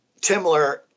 Timler